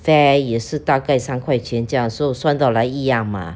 fare 也是大概三块钱这样 so 算到来一样 mah